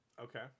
Okay